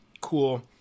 cool